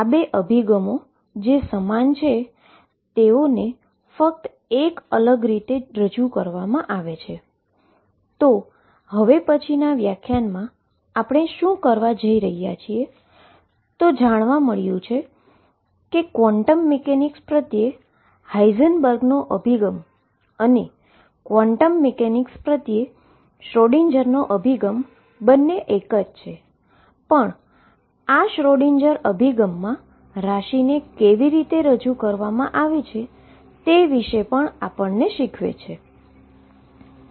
તો આ 2 અભિગમો સમાન છે જે તેઓને ફક્ત એક અલગ રીતે રજૂ કરવામાં આવે છે તો હવે પછીનાં વ્યાખ્યાનમા આપણે શું કરવા જઈ રહ્યા છીએ તો જાણવા મળ્યું છે કે ક્વોન્ટમ મિકેનિક્સ પ્રત્યે હાઈઝનબર્ગનો અભિગમ અને ક્વોન્ટમ મિકેનિક્સ પ્રત્યે શ્રોડિંજરનોSchrödinger અભિગમ એક જ છે પરંતુ શ્રોડિંજરનાSchrödinger અભિગમમાં ક્વોંટીટીને કેવી રીતે રજૂ કરવામાં આવે છે તે વિશે પણ શીખવશે